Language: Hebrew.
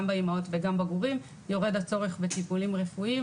גם באימהות וגם בגורים יורד הצורך בטיפולים רפואיים.